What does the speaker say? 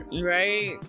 Right